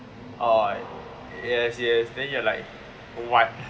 orh yes yes then you are like what